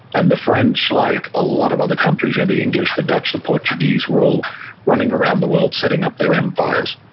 and the french, like a lot of other countries, you know the english, the dutch, the portuguese, were all running around the world setting up their empires.